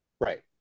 right